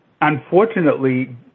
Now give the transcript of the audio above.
unfortunately